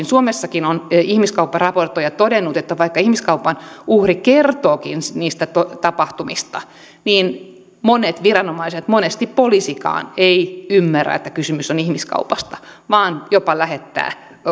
suomessakin on ihmiskaupparaportoija todennut että vaikka ihmiskaupan uhri kertookin niistä tapahtumista niin monet viranomaiset monesti poliisikaan ei ymmärrä että kysymys on ihmiskaupasta vaan jopa lähettää